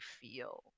feel